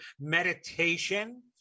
meditation